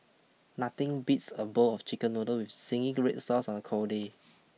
nothing beats a bowl of chicken noodles with zingy red sauce on a cold day